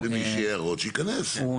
למי יש הערות שייכנס.